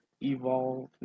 evolve